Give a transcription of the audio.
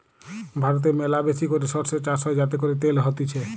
ভারতে ম্যালাবেশি করে সরষে চাষ হয় যাতে করে তেল হতিছে